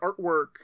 artwork